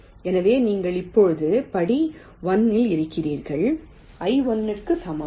எனவே நீங்கள் இப்போது படி 1 இல் இருக்கிறீர்கள் 'i1 க்கு சமம்